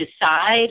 decide